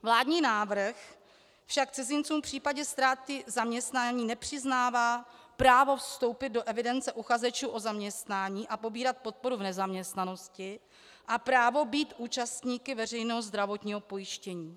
Vládní návrh však cizincům v případě ztráty zaměstnání nepřiznává právo vstoupit do evidence uchazečů o zaměstnání a pobírat podporu v nezaměstnanosti a právo být účastníky veřejného zdravotního pojištění.